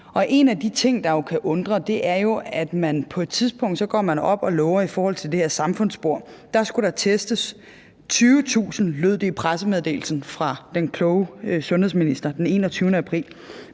en af de ting, der kan undre, er jo, at man på et tidspunkt går ud og lover, at der i forhold til det her samfundsspor skulle testes 20.000 – sådan lød det i pressemeddelelsen fra den kloge sundheds- og ældreminister den 21. april